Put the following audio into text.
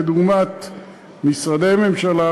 כדוגמת משרדי ממשלה,